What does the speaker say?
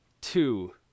two